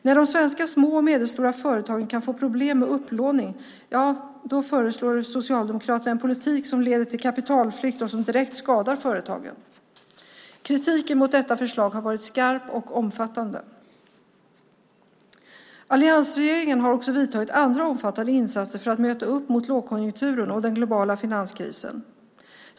När de svenska små och medelstora företagen kan få problem med upplåning föreslår Socialdemokraterna en politik som leder till kapitalflykt och som direkt skadar företagen. Kritiken mot detta förslag har varit skarp och omfattande. Alliansregeringen har också gjort andra omfattande insatser för att möta lågkonjunkturen och den globala finanskrisen.